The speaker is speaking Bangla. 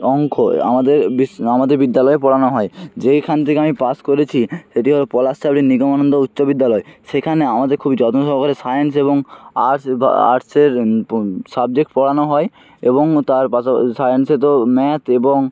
অংক আমাদের বিশ্ব আমাদের বিদ্যালয়ে পড়ানো হয় যেইখান থেকে আমি পাস করেছি সেটি হলো পলাশছাবড়ি নিগমানন্দ উচ্চ বিদ্যালয় সেখানে আমাদের খুবই যত্ন সহকারে সায়েন্স এবং আর্টস বা আর্টসের সাবজেক্ট পড়ানো হয় এবং তার পাশা সায়েন্সে তো ম্যাথ এবং